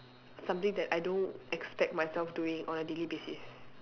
something that I don't expect myself doing on a daily basis